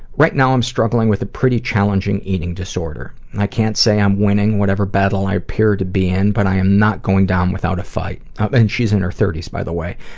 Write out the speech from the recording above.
right now i'm struggling with a pretty challenging eating disorder. and i can't say i'm winning whatever battle i appear to be in, but i am not going down without a fight. and she's in her thirty s by the way.